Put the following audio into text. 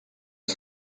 are